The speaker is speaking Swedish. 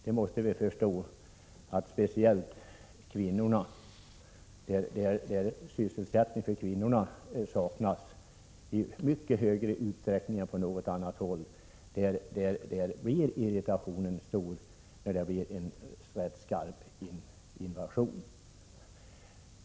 Det gäller speciellt kvinnorna, eftersom sysselsättning för dem saknas i mycket större utsträckning än på något annat håll. Det är förståeligt om det skapas irritation, när det under den här tiden blir något av en invasion av bärplockare.